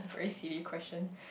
very silly question